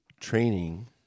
training